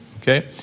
Okay